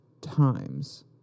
Times